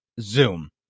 Zoom